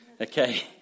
Okay